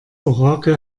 orakel